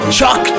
Chuck